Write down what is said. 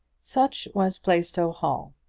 such was plaistow hall,